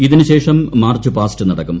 ഇതിനു ശേഷം march past നടക്കും